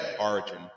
origin